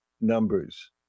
numbers